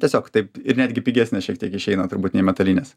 tiesiog taip ir netgi pigesnės šiek tiek išeina turbūt nei metalinės